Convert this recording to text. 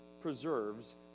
preserves